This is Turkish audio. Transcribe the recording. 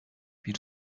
bir